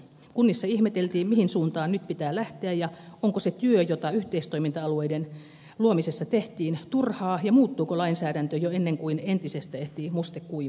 kunnissa ihmeteltiin mihin suuntaan nyt pitää lähteä ja onko se työ jota yhteistoiminta alueiden luomisessa tehtiin turhaa ja muuttuuko lainsäädäntö jo ennen kuin entisestä ehtii muste kuivua